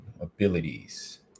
Abilities